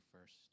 first